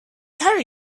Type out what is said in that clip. carry